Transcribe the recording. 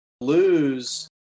lose